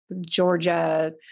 Georgia